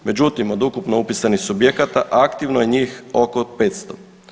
Međutim, od ukupno upisanih subjekata aktivno je njih oko 500.